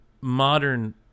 modern